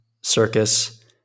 circus